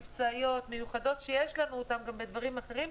מבצעיות מיוחדות שיש לנו אותן גם בדברים אחרים,